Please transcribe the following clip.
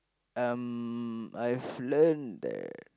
I'm I've learnt that